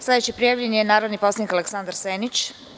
Sledeći prijavljeni je narodni poslanik Aleksandar Senić.